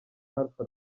alpha